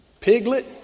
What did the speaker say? piglet